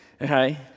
Okay